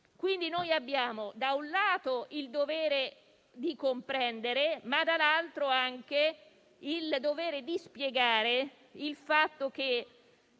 quindi da un lato il dovere di comprendere, ma dall'altro anche il dovere di spiegare il fatto che